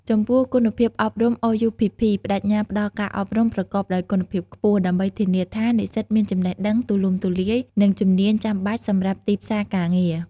ចំពោះគុណភាពអប់រំRUPP ប្តេជ្ញាផ្តល់ការអប់រំប្រកបដោយគុណភាពខ្ពស់ ដើម្បីធានាថានិស្សិតមានចំណេះដឹងទូលំទូលាយ និងជំនាញចាំបាច់សម្រាប់ទីផ្សារការងារ។